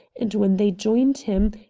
and, when they joined him,